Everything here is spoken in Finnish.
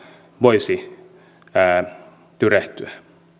voisi tyrehtyä